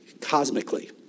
cosmically